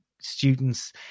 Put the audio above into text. students